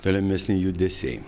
tolimesni judesiai